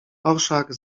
orszak